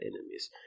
enemies